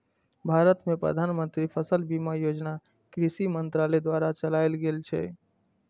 भारत मे प्रधानमंत्री फसल बीमा योजना कृषि मंत्रालय द्वारा चलाएल गेल छै